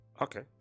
Okay